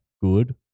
good